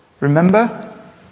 Remember